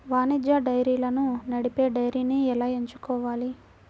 వాణిజ్య డైరీలను నడిపే డైరీని ఎలా ఎంచుకోవాలి?